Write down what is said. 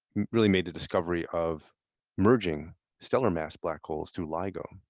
really made the discovery of merging stellar mass black holes through lygo.